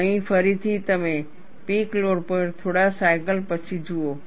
અહીં ફરીથી તમે પીક લોડ પર થોડા સાયકલ પછી જુઓ